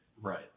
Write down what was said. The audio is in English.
Right